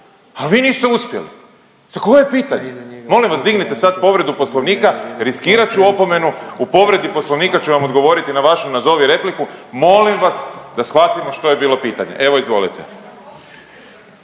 al vi niste uspjeli, za koje pitanje. Molim vas dignite sad povredu Poslovnika, riskirat ću opomenu, u povredi Poslovnika ću vam odgovoriti na vašu nazovi repliku, molim vas da shvatimo što je bilo pitanje, evo izvolite.